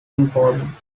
important